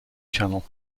channel